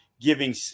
giving